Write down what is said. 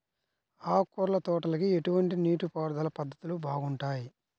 ఆకుకూరల తోటలకి ఎటువంటి నీటిపారుదల పద్ధతులు బాగుంటాయ్?